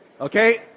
Okay